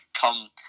come